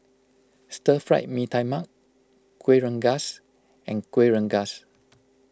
Stir Fried Mee Tai Mak Kuih Rengas and Kuih Rengas